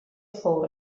fou